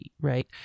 right